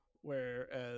whereas